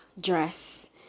dress